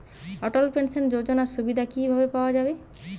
অটল pension যোজনার সুবিধা কি ভাবে পাওয়া যাবে?